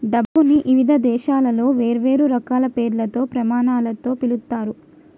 డబ్బుని ఇవిధ దేశాలలో వేర్వేరు రకాల పేర్లతో, ప్రమాణాలతో పిలుత్తారు